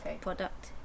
product